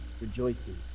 rejoices